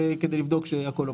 זה כדי לבדוק שהכול עובד.